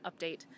update